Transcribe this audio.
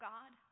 God